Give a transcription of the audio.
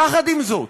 יחד עם זאת,